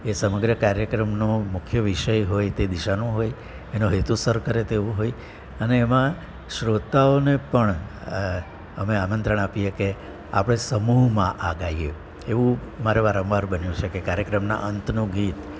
જે સમગ્ર કાર્યક્રમનો મુખ્ય વિષય હોય એ દિશાનું હોય એનો હેતુ સર કરે તેવું હોય અને એમાં શ્રોતાઓને પણ અમે આમંત્રણ આપીએ કે આપણે સમુહમાં આ ગાઈએ એવું મારે વારંવાર બન્યું છે કે કાર્યક્રમના અંતનું ગીત